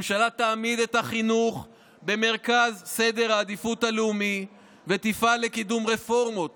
"את החינוך במרכז סדר העדיפות הלאומי ותפעל לקידום רפורמות